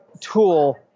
tool